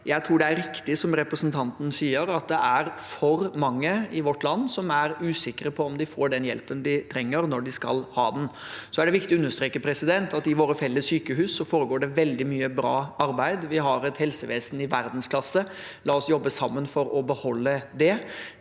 Jeg tror det er riktig som representanten sier, at det er for mange i vårt land som er usikre på om de får den hjelpen de trenger når de skal ha den. Så er det viktig å understreke at det foregår veldig mye bra arbeid i våre felles sykehus. Vi har et helsevesen i verdensklasse. La oss jobbe sammen for å beholde det.